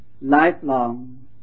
lifelong